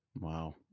Wow